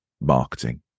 marketing